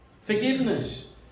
Forgiveness